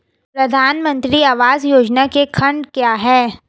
प्रधानमंत्री आवास योजना के खंड क्या हैं?